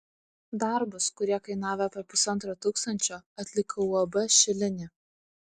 darbus kurie kainavo apie pusantro tūkstančio atliko uab šilinė